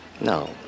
No